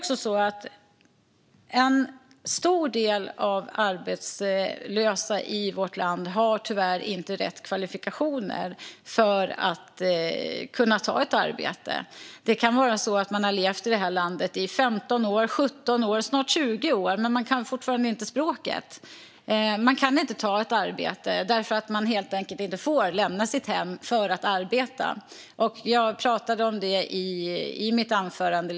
En stor del av de arbetslösa i vårt land har tyvärr inte rätt kvalifikationer för att kunna ta ett arbete. Det kan vara så att man har levt i det här landet år i 15, 17 eller snart 20 år men fortfarande inte kan språket. Det kan också vara så att man inte kan ta ett arbete därför att man helt enkelt inte får lämna sitt hem för att arbeta. Jag pratade lite grann om detta i mitt anförande.